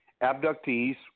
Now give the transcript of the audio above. Abductees